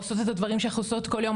עושות את הדברים שאנחנו עושות כל יום.